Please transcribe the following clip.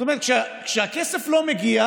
זאת אומרת, כשהכסף לא מגיע,